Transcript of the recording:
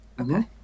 Okay